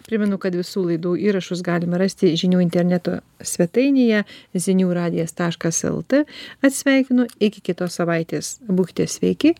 primenu kad visų laidų įrašus galima rasti žinių interneto svetainėje zinių radijas taškas lt atsisveikinu iki kitos savaitės būkite sveiki